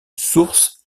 source